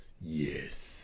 yes